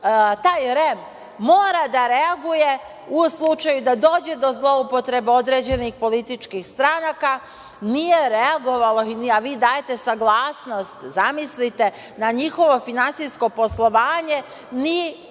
taj REM, mora da reaguje u slučaju da dođe do zloupotrebe određenih političkih stranaka nije reagovalo, a vi dajete saglasnost, zamislite, na njihovo finansijsko poslovanje,